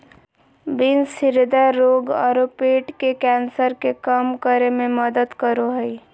beans हृदय रोग आरो पेट के कैंसर के कम करे में मदद करो हइ